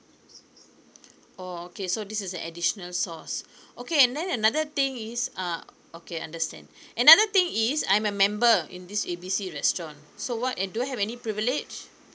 oh okay so this is an additional sauce okay and then another thing is ah okay understand another thing is I'm a member in this A B C restaurant so what uh do I have any privilege